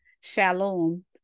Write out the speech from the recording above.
Shalom